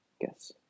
guess